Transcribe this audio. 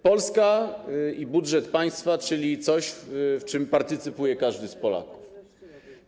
Polska i budżet państwa, czyli coś, w czym partycypuje każdy z Polaków.